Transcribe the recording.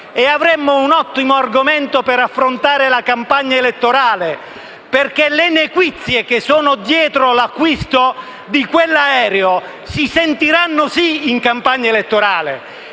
avremmo un ottimo argomento per affrontare la campagna elettorale perché le nequizie che sono dietro all'acquisto di quell'aereo si sentiranno, sì, in campagna elettorale